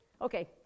Okay